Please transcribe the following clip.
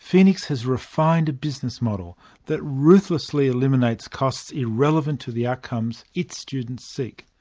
phoenix has refined a business model that ruthlessly eliminates costs irrelevant to the outcomes its students seek.